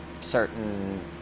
certain